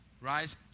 Rise